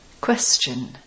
Question